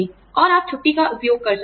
और आप छुट्टी का उपयोग सकते हैं